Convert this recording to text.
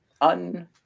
un